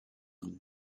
homme